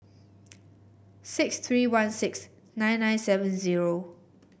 six three one six nine nine seven zero